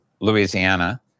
Louisiana